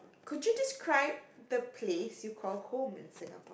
could you describe the place you call home